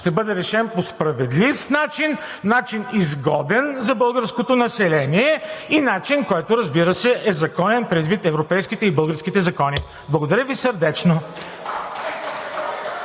ще бъде решен по справедлив начин, начин, изгоден за българското население, и начин, който, разбира се, е законен предвид европейските и българските закони. Благодаря Ви, сърдечно.